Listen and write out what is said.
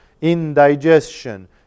indigestion